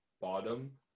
bottom